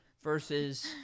Versus